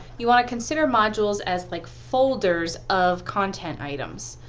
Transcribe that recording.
you want to consider modules as like folders of content items.